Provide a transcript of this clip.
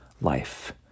life